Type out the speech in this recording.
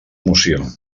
moció